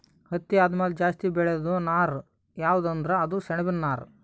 ಹತ್ತಿ ಆದಮ್ಯಾಲ ಜಾಸ್ತಿ ಬೆಳೇದು ನಾರ್ ಯಾವ್ದ್ ಅಂದ್ರ ಅದು ಸೆಣಬಿನ್ ನಾರ್